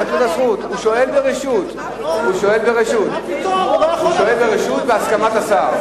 הוא שואל ברשות, הוא שואל ברשות והסכמת השר.